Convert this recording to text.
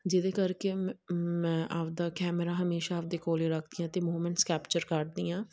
ਜਿਹਦੇ ਕਰਕੇ ਮੇਂ ਮੈਂ ਆਪਣਾ ਕੈਮਰਾ ਹਮੇਸ਼ਾਂ ਆਪਣੇ ਕੋਲ ਰੱਖਦੀ ਹਾਂ ਅਤੇ ਮੂਵਮੈਂਟਸ ਕੈਪਚਰ ਕਰਦੀ ਹਾਂ